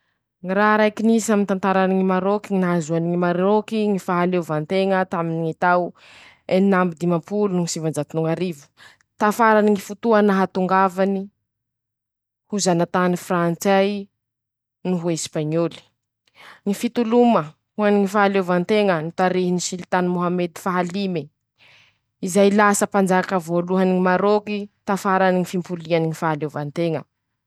Ñy raha raiky nisy aminy ñy tantarany ñy Marôke: ñy nahazoany Marôky ñy fahaleovanteña taminy ñy tao enin'amby dimampolo no sivanjato no ñ'arivo tafarany ñy fotoa nahatongavany, ho zanatany frantsay noho Esipaiñôly, ñy fitoloma ho any ñy fahaleovanteña nitarihiny silitamy môhamedy faha lime, izay lasa mpanjaka voalohany ñy Marôky tafarany ñy fimpoliany ñy fahaleovanteña.